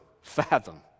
fathom